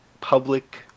public